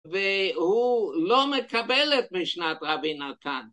והוא לא מקבל את משנת רבי נתן.